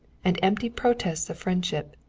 and empty protests of friendship.